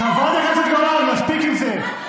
חברת הכנסת גולן, מספיק עם זה.